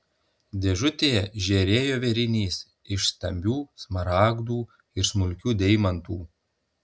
dėžutėje žėrėjo vėrinys iš stambių smaragdų ir smulkių deimantų